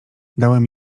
dałem